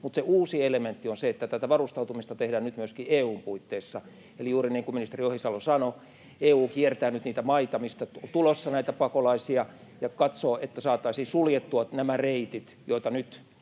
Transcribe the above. Mutta se uusi elementti on se, että tätä varustautumista tehdään nyt myöskin EU:n puitteissa. Eli juuri niin kuin ministeri Ohisalo sanoi, EU kiertää nyt niitä maita, mistä on tulossa näitä pakolaisia ja katsoo, että saataisiin suljettua nämä reitit, joita nyt